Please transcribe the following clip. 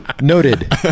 Noted